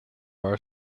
our